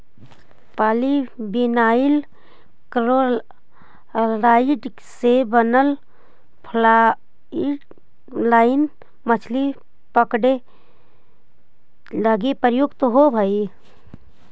polyvinyl chloride से बनल fly line मछली पकडे लगी प्रयुक्त होवऽ हई